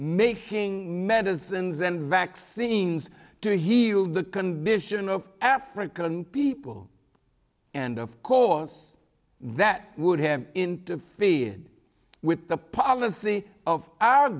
making medicines and vaccines to heal the condition of african people and of course that would have interfered with the policy of our